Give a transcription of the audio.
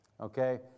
okay